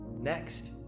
Next